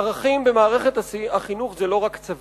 הערכים במערכת החינוך זה לא רק צבא.